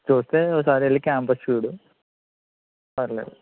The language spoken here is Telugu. చూస్తే ఒకసారి వెళ్ళి క్యాంపస్ చూడు పర్లేదు